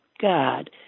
God